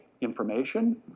information